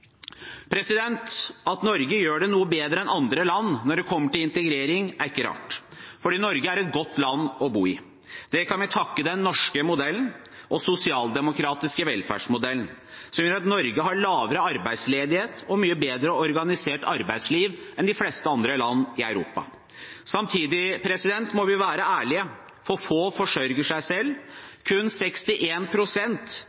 At Norge gjør det noe bedre enn andre land når det kommer til integrering, er ikke rart. Norge er et godt land å bo i. Det kan vi takke den norske og sosialdemokratiske velferdsmodellen for, som gjør at Norge har lavere arbeidsledighet og et mye bedre organisert arbeidsliv enn de fleste andre land i Europa. Samtidig må vi være ærlige – for få forsørger seg